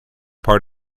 part